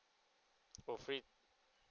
oh free